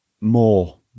more